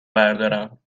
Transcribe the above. بردارم